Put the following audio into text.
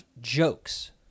jokes